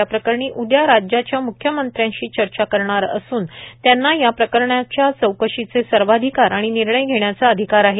या प्रकरणी उदया राज्याच्या मुख्यमंत्र्यांशी चर्चा करणार असून त्यांना या प्रकरणाच्या चौकशीचे सर्वाधिकार आणि निर्णय घेण्याचा अधिकार आहे